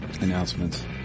announcements